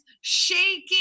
shaking